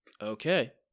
Okay